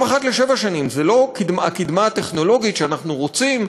גם אחת לשבע שנים זה לא הקדמה הטכנולוגית שאנחנו רוצים,